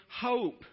hope